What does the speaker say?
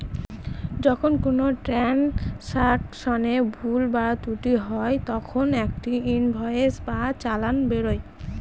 যখন কোনো ট্রান্সাকশনে ভুল বা ত্রুটি হয় তখন একটা ইনভয়েস বা চালান বেরোয়